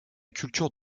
culture